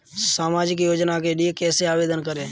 सामाजिक योजना के लिए कैसे आवेदन करें?